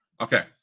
Okay